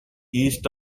east